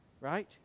right